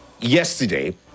Yesterday